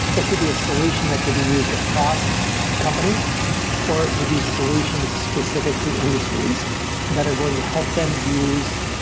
it could be a solution that could be used across companies or it could be solutions specific to industries that are going to help them use,